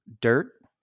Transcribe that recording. dirt